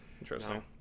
Interesting